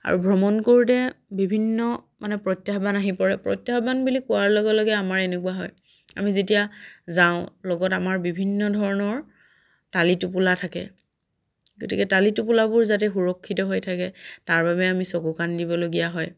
আৰু ভ্ৰমণ কৰোঁতে বিভিন্ন মানে প্ৰত্যাহ্বান আহি পৰে প্ৰত্যাহ্বান বুলি কোৱাৰ লগে লগে আমাৰ এনেকুৱা হয় আমি যেতিয়া যাওঁ লগত আমাৰ বিভিন্ন ধৰণৰ টালি টোপোলা থাকে গতিকে টালি টোপোলাবোৰ যাতে সুৰক্ষিত হৈ থাকে তাৰ বাবে আমি চকু কাণ দিবলগীয়া হয়